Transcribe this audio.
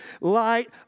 light